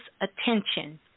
attention